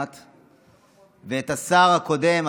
ואת השר הקודם,